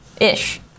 ish